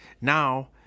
Now